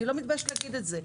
אני לא מתביישת להגיד את זה.